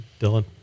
Dylan